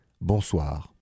Bonsoir